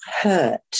hurt